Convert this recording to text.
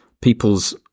people's